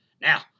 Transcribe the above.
Now